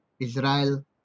Israel